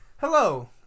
hello